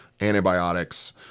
antibiotics